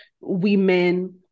women